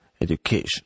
education